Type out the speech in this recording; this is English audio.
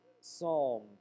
Psalm